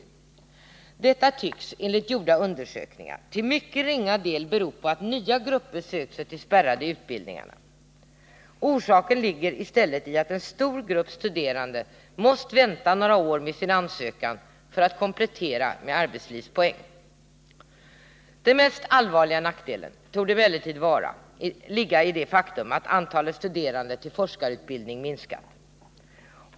Detta tycks enligt gjorda undersökningar till mycket ringa del bero på att nya grupper sökt sig till de spärrade utbildningarna. Orsaken ligger i stället i att en stor grupp studerande måst vänta några år med sin ansökan för att komplettera med arbetslivspoäng. Den mest allvarliga nackdelen torde emellertid ligga i det faktum att antalet studerande till forskarutbildning minskat.